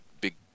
big